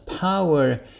power